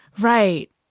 Right